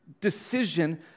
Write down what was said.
decision